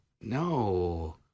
No